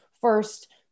First